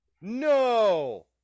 No